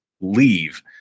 leave